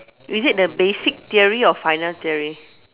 is it the basic theory or final theory